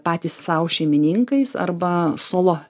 patys sau šeimininkais arba solo